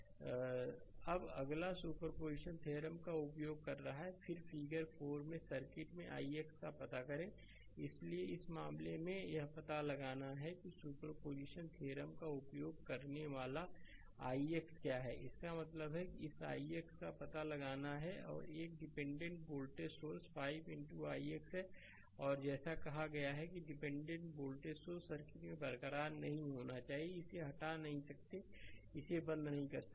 slide समय देखें 2015 अब अगला सुपरपोजिशन थ्योरम का उपयोग कर रहा है फिगर 4 में सर्किट में ix का पता करें इसलिए इस मामले में यह पता लगाना है कि सुपरपोजिशन थ्योरम का उपयोग करने वाला ix क्या है इसका मतलब है इस ix का पता लगाना है और एक डिपेंडेंट वोल्टेज सोर्स 5 ix है और जैसा कि कहा गया है कि डिपेंडेंट वोल्टेज सोर्स सर्किट में बरकरार नहीं होना चाहिए इसे हटा नहीं सकते इसे बंद नहीं कर सकते